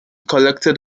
collected